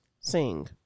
sing